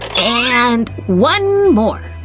and one more!